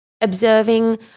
observing